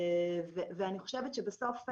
אני חושבת שבסוף,